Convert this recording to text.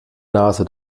nase